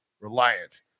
reliant